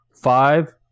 five